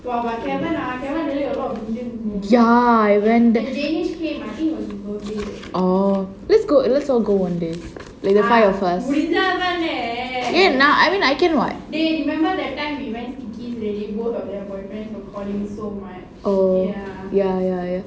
ya I went there orh let's go let's all go one day like the five of us eh now I mean I can [what]